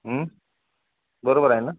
बरोबर आहे ना